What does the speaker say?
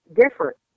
different